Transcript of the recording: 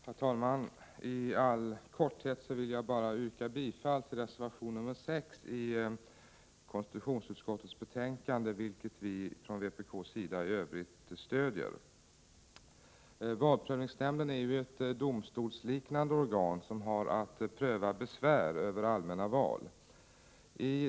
Herr talman! I all korthet vill jag yrka bifall till reservation 6 i konstitutionsutskottets betänkande, vilket vi från vpk:s sida i övrigt stöder. Valprövningsnämnden är ett domstolsliknande organ som har att pröva besvär över allmänna val.